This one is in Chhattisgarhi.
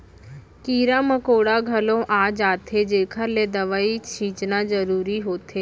कीरा मकोड़ा घलौ आ जाथें जेकर ले दवई छींचना जरूरी होथे